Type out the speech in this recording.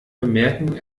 bemerken